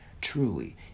truly